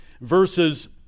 verses